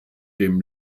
dem